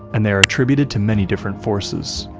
and they are attributed to many different forces.